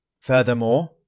Furthermore